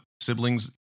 siblings